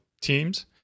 teams